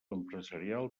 empresarial